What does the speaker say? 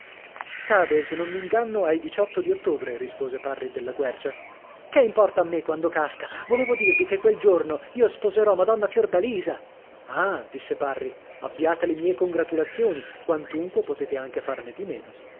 cade se non m'inganno ai di ottobre rispose parri della quercia che importa a me quando casca volevo dirvi che quel giorno io sposerò madonna fiordalisa ah disse parri abbiate le mie congratulazioni quantunque potete anche farne di meno